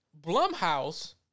Blumhouse